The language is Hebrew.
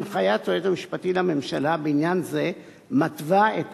הנחיית היועץ המשפטי לממשלה בעניין זה מתווה את